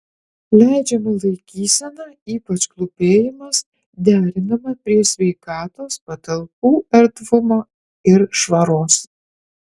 leidžiama laikysena ypač klūpėjimas derinama prie sveikatos patalpų erdvumo ir švaros